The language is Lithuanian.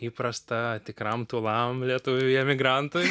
įprasta tikram tūlam lietuviui emigrantui